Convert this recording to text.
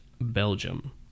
Belgium